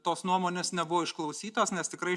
tos nuomonės nebuvo išklausytos nes tikrai